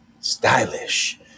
stylish